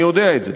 אני יודע את זה.